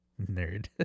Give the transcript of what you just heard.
Nerd